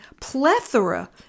plethora